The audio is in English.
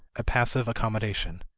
a passive accommodation.